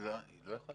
אני אחדד כמה דברים.